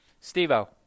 Steve-O